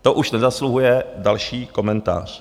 To už nezasluhuje další komentář.